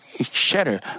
shatter